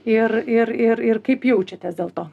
ir ir ir ir kaip jaučiatės dėl to